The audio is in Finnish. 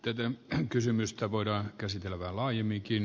ennen kysymystä voidaan käsitellä laajemminkin